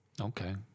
Okay